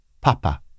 Papa